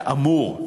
כאמור,